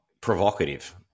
provocative